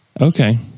Okay